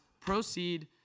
proceed